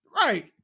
Right